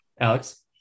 Alex